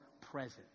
present